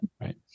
Right